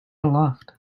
aloft